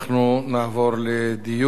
אנחנו נעבור לדיון